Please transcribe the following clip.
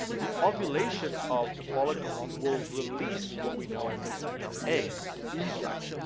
the um ovulation of the follicle will release what we know as the female egg the oocyte